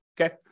Okay